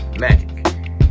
Magic